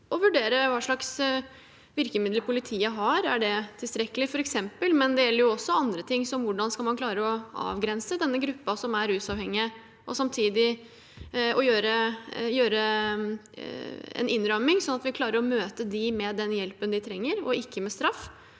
å vurdere hva slags virkemidler politiet har, f.eks. om de er tilstrekkelige, men det gjelder også andre ting, som hvordan man skal klare å avgrense denne gruppen som er rusavhengig, og gjøre en innramming sånn at vi klarer å møte dem med den hjelpen de trenger, og ikke med straff,